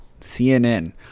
CNN